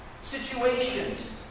situations